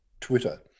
Twitter